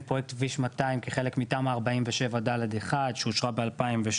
פרויקט כביש 200 כחלק מתמ"א/47/ד/1 שאושרה ב-2016.